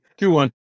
Q1